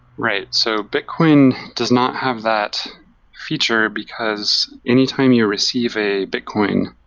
right. so bitcoin does not have that feature, because anytime you receive a bitcoin,